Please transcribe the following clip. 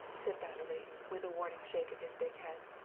said batterley, with a warning shake of his big head.